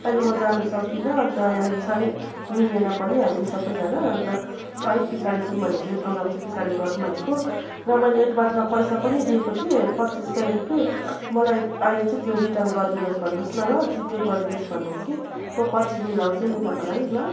अहिले म जानु सक्दिनँ अन्त यहाँनेर साह्रै मिलेन पनि हामी सबैजना अन्त अलिक पछाडि जाऊँ भनेको यो प्रोग्राम चाहिँ पछाडि गरौँ भनेको र मैले एडभान्समा पैसा पनि दिएको थिएँ पच्चिस सय रुप्पे मलाई अहिले चाहिँ त्यो रिटर्न गरिदिनु होस् भन्नु होस् न ल जिपे गरिदिनु होस् भन्नु होस् कि म पछि मिलाउँछु नि तपाईँलाई ल